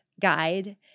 guide